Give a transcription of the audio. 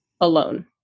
Alone